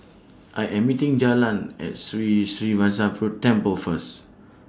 I Am meeting Jalyn At Sri Srinivasa Peru Temple First